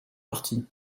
parti